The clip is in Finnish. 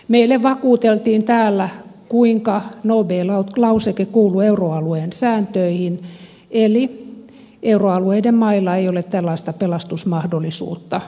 meille vakuuteltiin täällä kuinka no bail out lauseke kuuluu euroalueen sääntöihin eli euroalueiden mailla ei ole tällaista pelastusmahdollisuutta